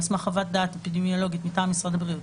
על סמך חוות אפידמיולוגית מטעם משרד הבריאות,